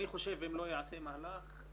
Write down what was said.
אני חושב שאם לא ייעשה מהלך,